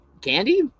candy